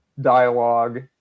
dialogue